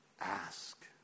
ask